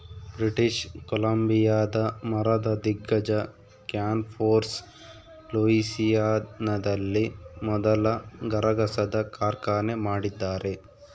British ಕೊಲಂಬಿಯಾದ ಮರದ ದಿಗ್ಗಜ ಕ್ಯಾನ್ಫೋರ್ ಲೂಯಿಸಿಯಾನದಲ್ಲಿ ಮೊದಲ ಗರಗಸದ ಕಾರ್ಖಾನೆ ಮಾಡಿದ್ದಾರೆ